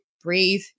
breathe